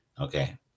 Okay